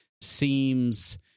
seems